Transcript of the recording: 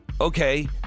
okay